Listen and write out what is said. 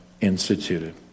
instituted